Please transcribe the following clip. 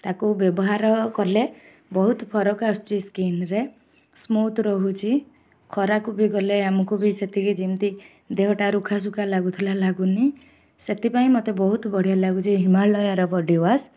ତାକୁ ବ୍ୟବହାର କଲେ ବହୁତ ଫରକ ଆସୁଛି ସ୍କିନରେ ସ୍ମୁଥ୍ ରହୁଛି ଖରାକୁ ବି ଗଲେ ଆମକୁ ବି ସେତିକି ଯେମିତି ଦେହଟା ରୁଖାଶୁଖା ଲାଗୁଥିଲା ଲାଗୁନି ସେଥିପାଇଁ ମୋତେ ବହୁତ ବଢ଼ିଆ ଲାଗୁଛି ହିମାଲୟର ବଡ଼ିୱାଶ୍